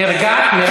נרגעת, מירב?